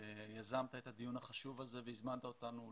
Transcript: שיזמת את הדיון החשוב הזה והזמנת אותנו לכאן.